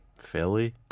Philly